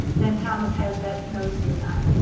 then thomas has that snowsuit on.